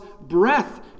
breath